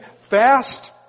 fast